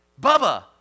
Bubba